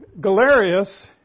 Galerius